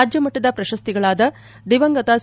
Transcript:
ರಾಜ್ಯ ಮಟ್ಟದ ಪ್ರಶಸ್ತಿಗಳಾದ ದಿವಂಗತ ಸಿ